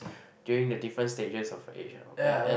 during the different stages of the age lah and and